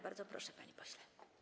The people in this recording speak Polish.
Bardzo proszę, panie pośle.